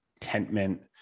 contentment